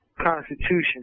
Constitution